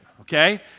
okay